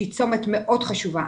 שהיא צומת מאוד חשובה.